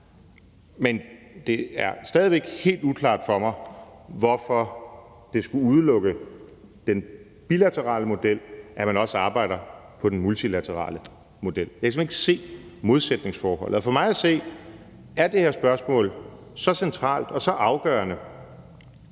Men det er stadig væk helt uklart for mig, hvorfor det skulle udelukke den bilaterale model, at man også arbejder på den multilaterale model. Jeg kan simpelt hen ikke se modsætningsforholdet. For mig at se er det her spørgsmål så centralt og så afgørende,